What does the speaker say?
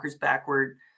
backward